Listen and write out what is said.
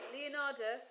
Leonardo